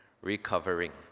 recovering